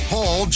Paul